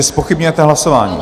Zpochybňujete hlasování.